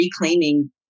reclaiming